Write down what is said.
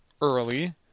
early